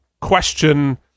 question